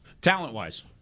Talent-wise